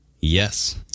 Yes